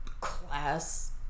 class